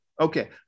Okay